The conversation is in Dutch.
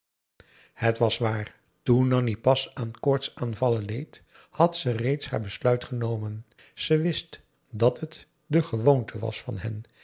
het was waar toen nanni pas aan koortsaanvallen leed had ze reeds haar besluit genomen ze wist dat het de gewoonte was van hen